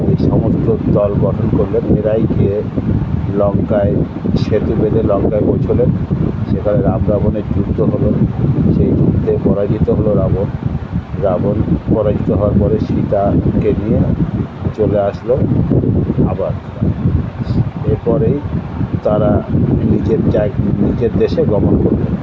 সমস্ত দল গঠন করল এরাই লঙ্কায় সেতু বেঁধে লঙ্কায় পৌঁছলো সেখানে রাম রাবণের যুদ্ধ হল সেই যুদ্ধে পরাজিত হল রাবণ রাবণ পরাজিত হওয়ার পরে সীতাকে নিয়ে চলে আসল আবার এর পরেই তারা নিজের নিজের দেশে গমন করল